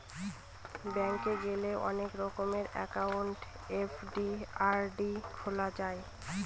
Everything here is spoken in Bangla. ব্যাঙ্ক গেলে অনেক রকমের একাউন্ট এফ.ডি, আর.ডি খোলা যায়